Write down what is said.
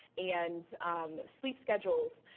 and sleep schedules,